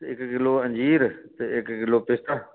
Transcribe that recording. ते इक किलो अंजीर ते इक किलो पिस्ता